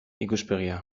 ikuspegia